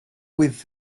with